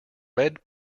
red